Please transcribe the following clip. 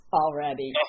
already